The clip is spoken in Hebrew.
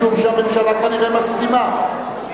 משום שהממשלה כנראה מסכימה,